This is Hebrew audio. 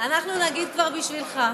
אנחנו נגיד כבר בשבילך.